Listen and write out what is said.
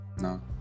No